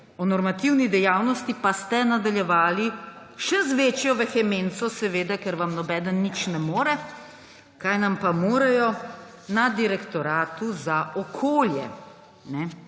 o normativni dejavnosti pa ste nadaljevali še z večjo vehemenco, seveda ker vam nobeden nič ne more – Kaj nam pa morejo …–, na Direktoratu za okolje.